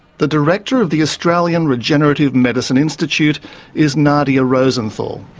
the director of the australian regenerative medicine institute is nadia rosenthal.